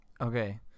Okay